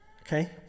Okay